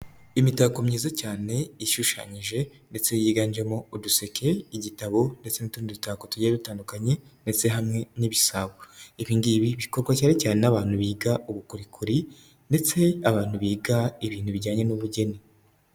Imitako myiza cyane ishushanyije ndetse yiganjemo uduseke, igitabo ndetse n'utundi dutako tugiye dutandukanye ndetse hamwe n'ibisabo, ibi ngibi bikorwa cyane cyane n'abantu biga ubukorikori ndetse abantu biga ibintu bijyanye n'ubugeni.